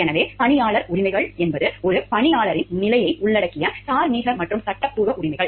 எனவே பணியாளர் உரிமைகள் என்பது ஒரு பணியாளரின் நிலையை உள்ளடக்கிய தார்மீக மற்றும் சட்டப்பூர்வ உரிமைகள்